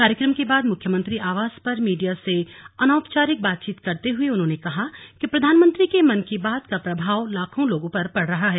कार्यक्रम के बाद मुख्यमंत्री आवास पर मीडिया से अनौपचारिक बातचीत करते हुए उन्होंने कहा कि प्रधानमंत्री के मन की बात का प्रभाव लाखों लोगों पर पड़ता है